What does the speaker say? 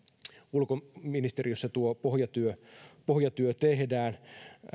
ulkoministeriössä tuo pohjatyö pohjatyö tehdään